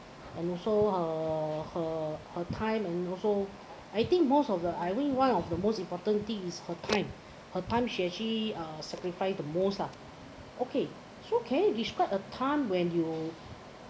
and also her her her time and also I think most of the I think one of the most important thing is her time her time she actually uh sacrifice the most lah okay so can you describe a time when you